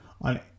on